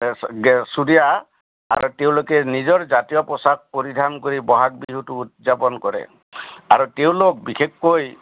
চুৰিয়া আৰু তেওঁলোকে নিজৰ জাতীয় পোছাক পৰিধান কৰি বহাগ বিহুটো উদযাপন কৰে আৰু তেওঁলোক বিশেষকৈ